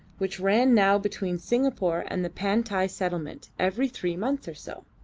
which ran now between singapore and the pantai settlement every three months or so.